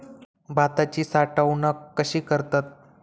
भाताची साठवूनक कशी करतत?